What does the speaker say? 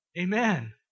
Amen